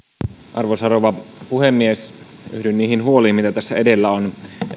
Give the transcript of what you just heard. arvoisa rouva puhemies yhdyn niihin huoliin mitä tässä edellä on